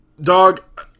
dog